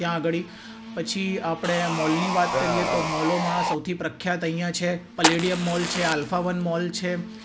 ત્યાં આગળ પછી આપણે મોલની વાત કરીએ તો મોલોમાં સૌથી પ્રખ્યાત અહીંયા છે પલેડિયમ મોલ છે આલ્ફા વન મોલ છે